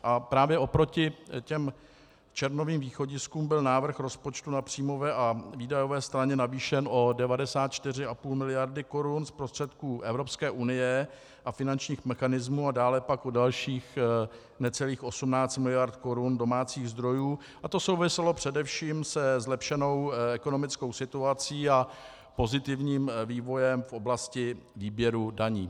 A právě o proti těm červnovým východiskům byl návrh rozpočtu na příjmové a výdajové straně navýšen o 94,5 miliardy korun z prostředků Evropské unie a finančních mechanismů a dále pak o dalších necelých 18 miliard korun domácích zdrojů, to souviselo především se zlepšenou ekonomickou situací a pozitivním vývojem v oblasti výběru daní.